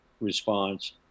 response